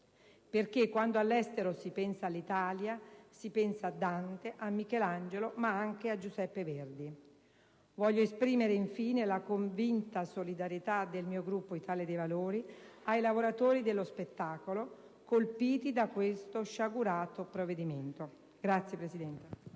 quando all'estero si pensa all'Italia, si pensa a Dante, a Michelangelo, ma anche a Giuseppe Verdi. Voglio esprimere, infine, la convinta solidarietà del mio Gruppo, l'Italia dei Valori, ai lavoratori dello spettacolo colpiti da questo sciagurato provvedimento. *(Applausi